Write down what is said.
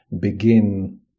begin